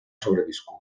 sobreviscut